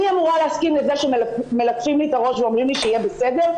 אני אמורה להסכים לזה שמלטפים לי את הראש ואומרים לי שיהיה בסדר?